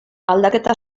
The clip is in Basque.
aldaketa